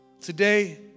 Today